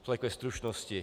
Tolik ve stručnosti.